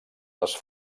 les